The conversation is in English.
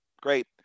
Great